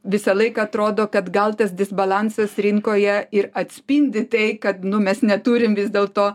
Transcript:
visąlaik atrodo kad gal tas disbalansas rinkoje ir atspindi tai ka mes neturim vis dėl to